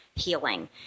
Healing